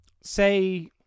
say